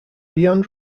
beyond